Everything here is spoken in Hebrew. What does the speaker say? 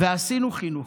ועשינו חינוך,